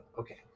okay